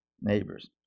neighbors